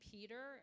Peter